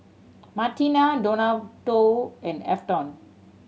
Martina Donato and Afton